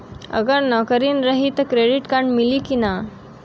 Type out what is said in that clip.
अगर नौकरीन रही त क्रेडिट कार्ड मिली कि ना?